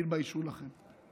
תתביישו לכם.